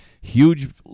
Huge